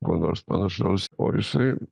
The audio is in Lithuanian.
ko nors panašaus o jisai